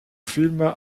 film